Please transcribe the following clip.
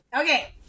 okay